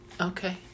Okay